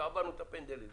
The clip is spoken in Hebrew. ועברנו גם את הפנדלים.